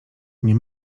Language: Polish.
mnie